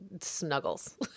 snuggles